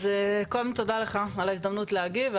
אז תודה לך על ההזדמנות להגיב,